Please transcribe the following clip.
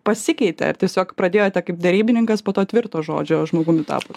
pasikeitė ar tiesiog pradėjote kaip derybininkas po to tvirto žodžio žmogumi tapot